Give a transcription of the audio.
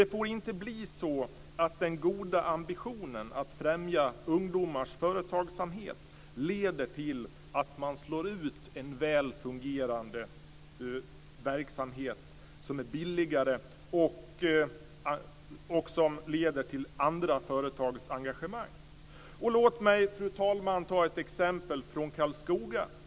Det får inte bli så att den goda ambitionen att främja ungdomars företagsamhet leder till att man slår ut en väl fungerande verksamhet, som är billigare och som leder till andra företags engagemang. Låt mig, fru talman, ta ett exempel från Karlskoga.